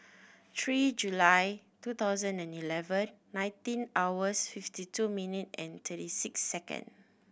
three July two thousand and eleven nineteen hours fifty two minute and thirty six second